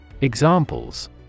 Examples